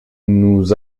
nous